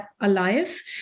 alive